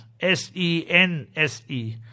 S-E-N-S-E